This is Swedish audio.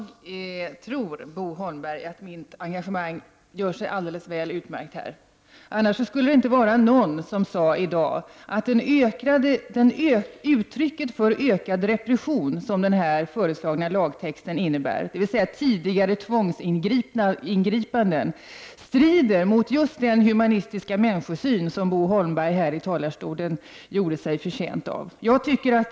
Herr talman! Jag tror att mitt engagemang gör sig alldeles utmärkt här, Bo Holmberg. Annars skulle det i dag inte finnas någon som sade att den ökade repression som den föreslagna lagtexten innebär, dvs. tidigare tvångsingripanden, strider mot just den humana människosyn som Bo Holmberg här i talarstolen gjorde sig till tolk för.